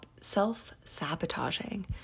self-sabotaging